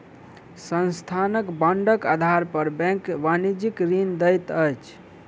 संस्थानक बांडक आधार पर बैंक वाणिज्यक ऋण दैत अछि